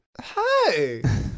hi